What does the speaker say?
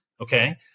okay